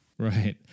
Right